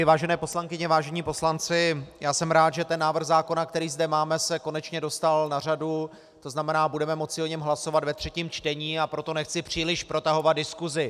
Vážené poslankyně, vážení poslanci, jsem rád, že ten návrh zákona, který zde máme, se konečně dostal na řadu, tzn. budeme moci o něm hlasovat ve třetím čtení, a proto nechci příliš protahovat diskusi.